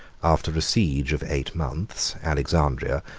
after a siege of eight months, alexandria,